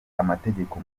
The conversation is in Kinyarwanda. amategeko